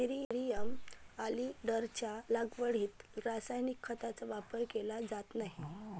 nerium ऑलिंडरच्या लागवडीत रासायनिक खतांचा वापर केला जात नाही